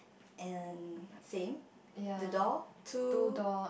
and same the door two